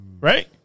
right